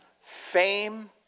fame